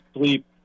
sleep